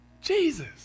Jesus